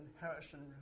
Harrison